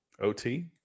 OT